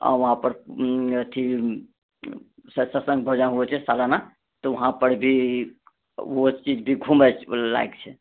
वहाँ पर अथि सत्सङ्ग भजन होइ छै सालाना तऽ वहाँपर भी ओ चीज दिखहुमे लाएक छै